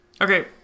Okay